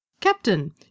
Captain